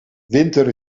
winter